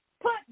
put